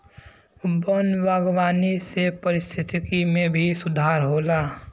वन बागवानी से पारिस्थिकी में भी सुधार होला